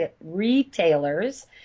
retailers